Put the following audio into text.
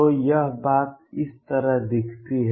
तो यह बात इस तरह दिखती है